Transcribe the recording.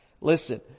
Listen